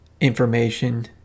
information